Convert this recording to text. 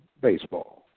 Baseball